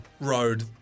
road